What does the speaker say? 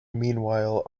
meanwhile